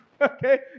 Okay